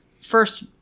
First